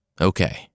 Okay